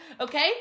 Okay